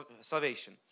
salvation